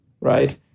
Right